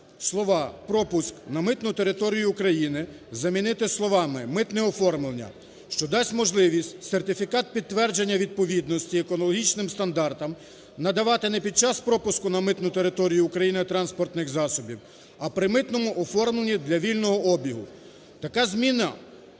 слова "пропуск" на митну територію України замінити словами "митне оформлення", що дасть можливість сертифікат підтвердження відповідності екологічним стандартам надавати не підчас пропуску на митну територію України транспортних засобів, а при митному оформленні для вільного обігу. Така зміна